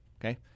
okay